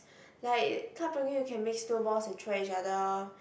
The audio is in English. like Club Penguin you can make snow balls and throw at each other